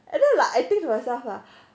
like I think to myself ah